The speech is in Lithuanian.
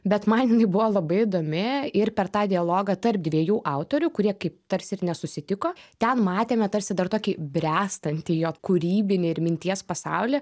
bet man jinai buvo labai įdomi ir per tą dialogą tarp dviejų autorių kurie kaip tarsi ir nesusitiko ten matėme tarsi dar tokį bręstantį jo kūrybinį ir minties pasaulį